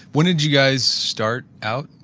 when did you guys start out?